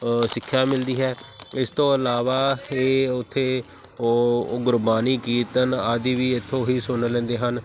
ਸਿੱਖਿਆ ਮਿਲਦੀ ਹੈ ਇਸ ਤੋਂ ਇਲਾਵਾ ਇਹ ਉੱਥੇ ਉਹ ਗੁਰਬਾਣੀ ਕੀਰਤਨ ਆਦਿ ਵੀ ਇੱਥੋਂ ਹੀ ਸੁਣ ਲੈਂਦੇ ਹਨ